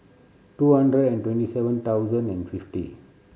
two hundred and twenty seven thousand and fifty